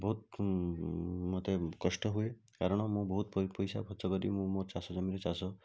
ବହୁତ ମୋତେ କଷ୍ଟ ହୁଏ କାରଣ ମୁଁ ବହୁତ ପଇସା ଖର୍ଚ୍ଚ କରି ମୁଁ ମୋ ଚାଷ ଜମିରେ ଚାଷ